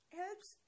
helps